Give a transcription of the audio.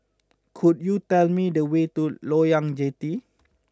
could you tell me the way to Loyang Jetty